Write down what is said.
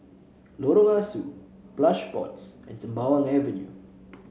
Lorong Ah Soo Plush Pods and Sembawang Avenue